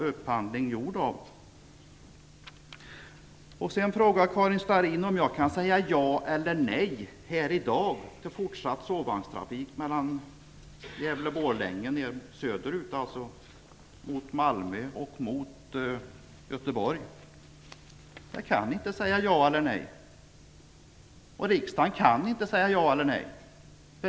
Karin Starrin frågar om jag i dag kan säga ja eller nej till fortsatt sovvagnstrafik mellan Gävle/Borlänge och söderut, mot Malmö och Göteborg. Jag kan inte säga ja eller nej. Riksdagen kan inte heller säga ja eller nej.